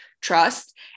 trust